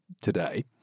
today